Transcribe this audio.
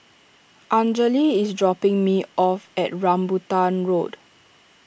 Anjali is dropping me off at Rambutan Road